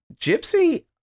Gypsy